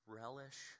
relish